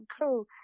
cool